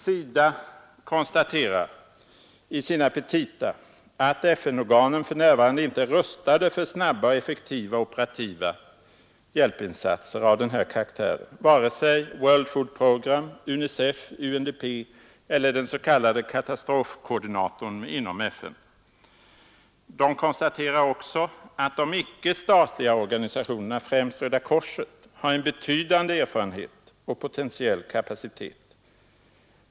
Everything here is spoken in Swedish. SIDA konstaterar i sina petita för 1974/75 att FN-organen för närvarande inte är rustade för snabba och effektiva operativa katastrofhjälpsinsatser — varken WFP, UNICEF, UNDP eller den s.k. katastrofkoordinatorn inom FN — men att de icke-statliga organisationerna, främst Röda korset, har en betydande erfarenhet och potentiell kapacitet.